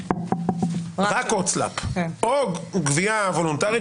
רק הוצל"פ או גבייה וולונטרית,